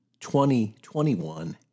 2021